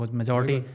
majority